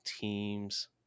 teams